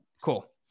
Cool